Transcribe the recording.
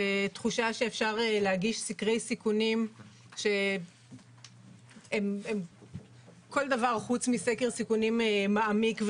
תחושה שאפשר להגיש סקרי סיכונים שהם כל דבר חוץ מסקר סיכונים מעמיק,